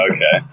Okay